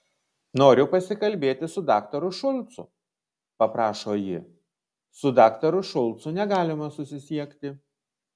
noriu pasikalbėti su daktaru šulcu paprašo ji su daktaru šulcu negalima susisiekti